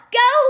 go